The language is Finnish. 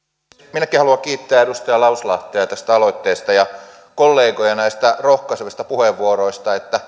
minäkin haluan kiittää edustaja lauslahtea tästä aloitteesta ja kollegoja näistä rohkaisevista puheenvuoroista